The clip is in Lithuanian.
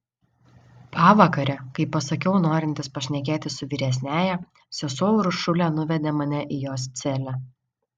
pavakare kai pasakiau norintis pašnekėti su vyresniąja sesuo uršulė nuvedė mane į jos celę